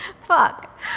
fuck